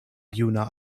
juna